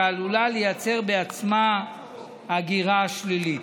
שעלולה לייצר בעצמה הגירה שלילית.